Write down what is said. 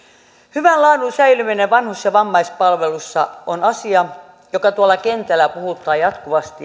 hyvän laadun säilyminen vanhus ja vammaispalveluissa on asia joka tuolla kentällä puhuttaa jatkuvasti